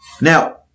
Now